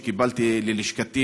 התלונות שקיבלתי ללשכתי,